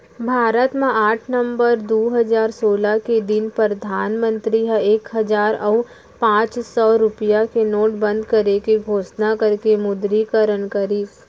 भारत म आठ नवंबर दू हजार सोलह के दिन परधानमंतरी ह एक हजार अउ पांच सौ रुपया के नोट बंद करे के घोसना करके विमुद्रीकरन करिस